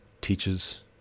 teaches